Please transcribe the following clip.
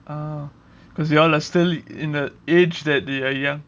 oh because you all are still in the age that they are young